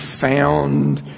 found